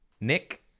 Nick